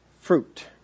fruit